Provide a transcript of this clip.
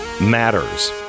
matters